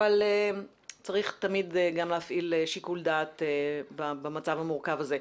אבל צריך תמיד גם להפעיל שיקול דעת במצב המורכב הזה.